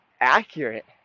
accurate